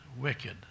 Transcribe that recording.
wicked